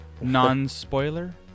non-spoiler